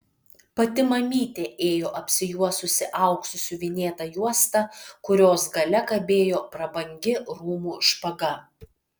pati mamytė ėjo apsijuosusi auksu siuvinėta juosta kurios gale kabėjo prabangi rūmų špaga